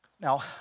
Now